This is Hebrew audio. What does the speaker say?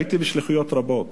הייתי בשליחויות רבות